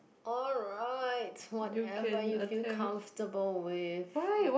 alright whatever you feel comfortable with